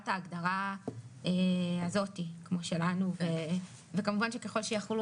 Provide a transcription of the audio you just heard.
את ההגדרה הזאת כמו שלנו וכמובן שככל שיחולו